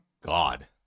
god